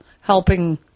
helping